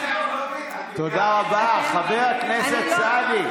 תודה רבה, חבר הכנסת סעדי.